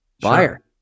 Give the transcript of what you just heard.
buyer